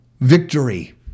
victory